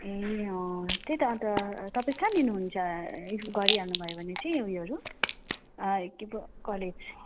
ए अँ त्यही त अन्त तपाईँ कहाँ लिनुहुन्छ गरिहाल्नु भयो भने चाहिँ उयोहरू के पो कलेज